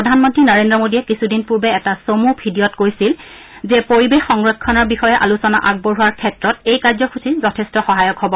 প্ৰধানমন্ত্ৰী নৰেন্দ্ৰ মোডীয়ে কিছুদিন পূৰ্বে এটা চমু ভিডিঅত কৈছিল যে ইয়াৰ জৰিয়তে পৰিৱেশ সংৰক্ষণৰ বিষয়ে আলোচনা আগবঢ়োৱাৰ ক্ষেত্ৰত এই কাৰ্যসূচী যথেষ্ট সহায়ক হব